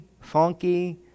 funky